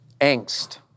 Angst